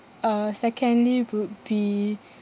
uh secondly would be